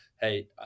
Hey